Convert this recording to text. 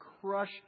crush